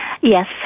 Yes